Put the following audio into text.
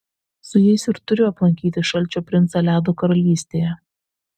su jais ir turiu aplankyti šalčio princą ledo karalystėje